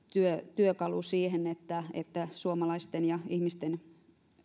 työkalu siihen että että suomalaisten ihmisten